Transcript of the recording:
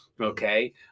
Okay